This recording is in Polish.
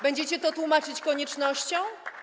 Będziecie to tłumaczyć koniecznością?